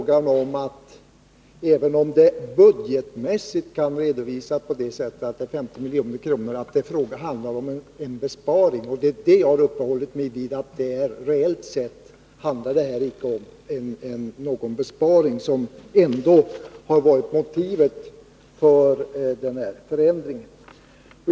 Även om det budgetmässigt kan redovisas på det sättet att det är en avlastning på 50 milj.kr., är det inte en besparing. Det är detta jag har uppehållit mig vid. Reellt sett handlar det alltså icke om någon besparing — vilket ändå har varit motivet för den här förändringen.